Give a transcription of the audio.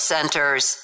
Centers